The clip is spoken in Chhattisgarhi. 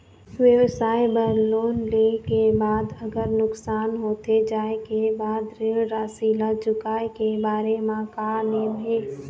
व्यवसाय बर लोन ले के बाद अगर नुकसान होथे जाय के बाद ऋण राशि ला चुकाए के बारे म का नेम हे?